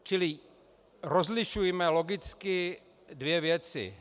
Čili rozlišujme logicky dvě věci.